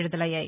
విడుదలయ్యాయి